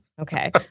Okay